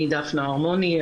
אני דפנה ארמוני.